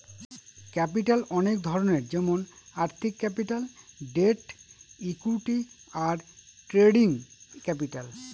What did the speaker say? capital অনেক ধরনের যেমন আর্থিক ক্যাপিটাল, ডেট, ইকুইটি, আর ট্রেডিং ক্যাপিটাল